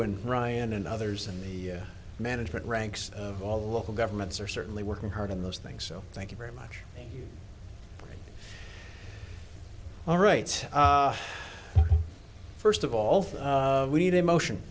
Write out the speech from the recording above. and ryan and others in the management ranks of all the local governments are certainly working hard in those things so thank you very much all right first of all we need a motion